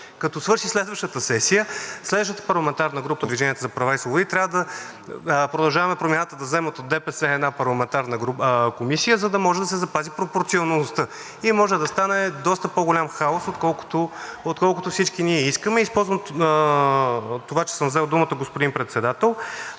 Като свърши следващата сесия, следващата парламентарна група – „Продължаваме Промяната“, да вземе от ДПС една парламентарна комисия, за да може да се запази пропорционалността и може да стане доста по-голям хаос, отколкото всички ние искаме. Използвам това, че съм взел думата, господин Председател,